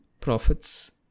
profits